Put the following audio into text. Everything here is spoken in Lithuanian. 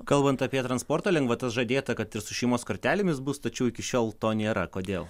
kalbant apie transporto lengvatas žadėta kad ir su šeimos kortelėmis bus tačiau iki šiol to nėra kodėl